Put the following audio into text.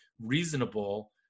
reasonable